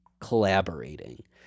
collaborating